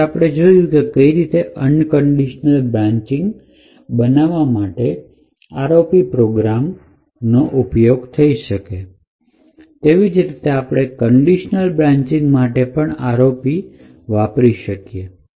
તો આ રીતે આપણે જોયું કે કઈ રીતે અનકન્ડિશનલ બ્રાંચિંગ બનાવવા માટે ROP પ્રોગ્રામમાં થઇ શકે અને એવી જ રીતે આપણી કન્ડીશનલ બ્રાંચિંગ પણ ROP માં બનાવી શકીએ